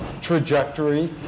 trajectory